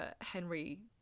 Henry